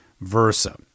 versa